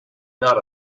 not